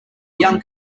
young